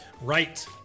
Right